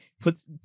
puts